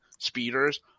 speeders